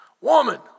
Woman